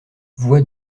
voix